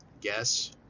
guess